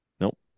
Nope